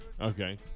Okay